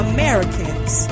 Americans